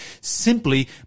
simply